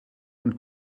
und